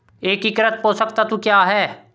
एकीकृत पोषक तत्व क्या है?